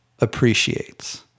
appreciates